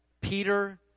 Peter